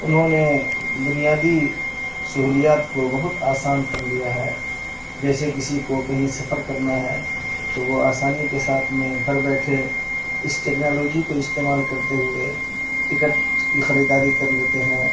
انہوں نے بنیادی سہولیات کو بہت آسان کر لیا ہے جیسے کسی کو کہیں سفر کرنا ہے تو وہ آسانی کے ساتھ میں گھر بیٹھے اس ٹیکنالوجی کو استعمال کرتے ہوئے ٹکٹ کی خریداری کر لیتے ہیں